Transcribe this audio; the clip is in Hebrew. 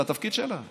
זה התפקיד שלה.